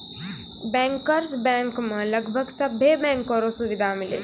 bankers bank मे लगभग सभे बैंको रो सुविधा मिलै छै